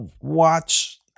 watch